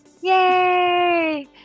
yay